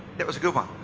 that was a good one.